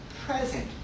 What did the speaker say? present